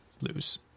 lose